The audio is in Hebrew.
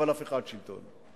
אבל הפיכת שלטון.